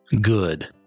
good